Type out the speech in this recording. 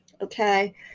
Okay